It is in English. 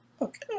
Okay